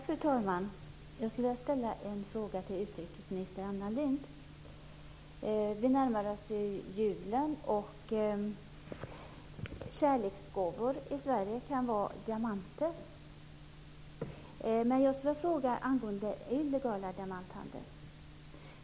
Fru talman! Jag skulle vilja ställa en fråga till utrikesminister Anna Lindh. Vi närmar oss julen. Kärleksgåvor i Sverige kan vara diamanter, och jag skulle vilja fråga angående illegal diamanthandel.